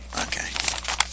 Okay